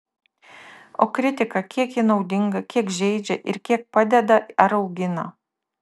o kritika kiek ji naudinga kiek žeidžia ir kiek padeda ar augina